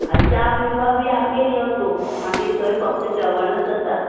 आ च्या पिवपा बी आमगेर यो तूं मागीर थंय फक्त जेवणूच आसा